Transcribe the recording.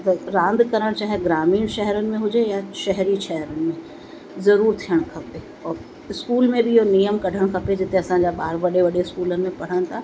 रांदि करणु चाहे ग्रामीण शहरनि में हुजे या शहरी शहरनि में ज़रूरु थियणु खपे और स्कूल में बि इहो नियम कढणु खपे जिते असांजा ॿार वॾे वॾे स्कूलनि में पढ़नि था